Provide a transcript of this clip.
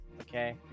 Okay